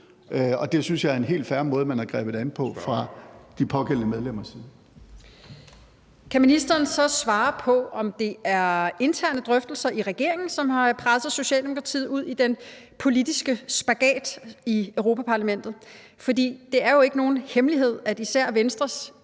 Anden næstformand (Jeppe Søe): Spørgeren. Kl. 13:21 Mette Thiesen (DF): Kan ministeren så svare på, om det er interne drøftelser i regeringen, som har presset Socialdemokratiet ud i den politiske spagat i Europa-Parlamentet? For det er jo ikke nogen hemmelighed, at især Venstres